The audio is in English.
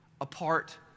apart